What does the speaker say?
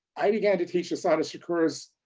i began to teach assata shakur's